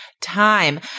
time